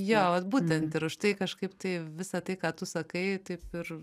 jo vat būtent ir už tai kažkaip tai visą tai ką tu sakai taip ir